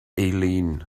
eileen